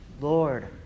Lord